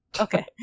Okay